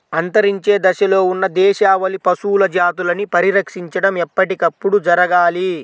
అంతరించే దశలో ఉన్న దేశవాళీ పశువుల జాతులని పరిరక్షించడం ఎప్పటికప్పుడు జరగాలి